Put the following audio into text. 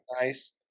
nice